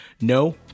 No